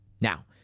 Now